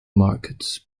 markets